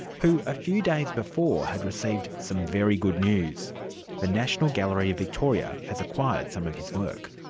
who a few days before had received some very good news the national gallery of victoria has acquired some of his work.